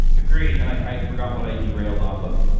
agreed. and i forgot what i derailed off of.